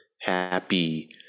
happy